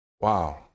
Wow